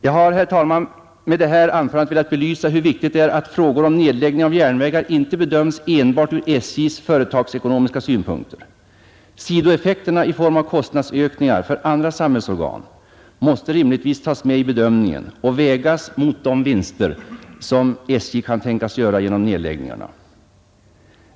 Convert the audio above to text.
Jag har, herr talman, med detta anförande velat belysa hur viktigt det är att frågor om nedläggning av järnvägar inte bedöms enbart ur SJ:s företagsekonomiska synpunkt. Sidoaspekterna i form av kostnadsökningar för andra samhällsorgan måste rimligtvis tas med i bedömningen och vägas mot de vinster som SJ kan tänkas göra genom nedläggningarna.